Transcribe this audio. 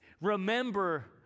Remember